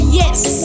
yes